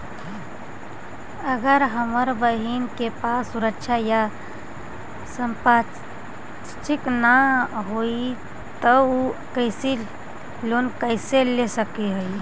अगर हमर बहिन के पास सुरक्षा या संपार्श्विक ना हई त उ कृषि लोन कईसे ले सक हई?